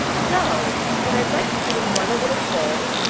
so what i'd like to do is run a little poll,